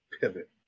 pivot